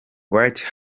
white